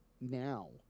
now